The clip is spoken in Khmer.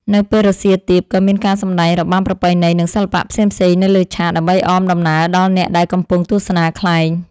នៅពេលរសៀលទាប ក៏មានការសម្ដែងរបាំប្រពៃណី និងសិល្បៈផ្សេងៗនៅលើឆាក ដើម្បីអមដំណើរដល់អ្នកដែលកំពុងទស្សនាខ្លែង។